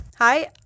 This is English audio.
Hi